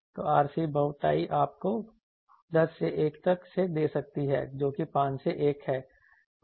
तो RC बोटाई आपको 10 से 1 तक दे सकती है जो कि 5 से 1 है